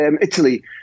Italy